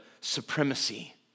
supremacy